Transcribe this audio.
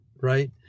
right